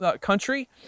country